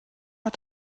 hat